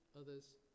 others